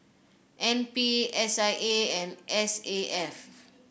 N P S I A and S A F